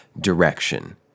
Direction